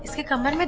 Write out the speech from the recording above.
come on. but